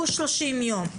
תקבעו 30 יום.